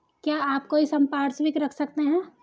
क्या आप कोई संपार्श्विक रख सकते हैं?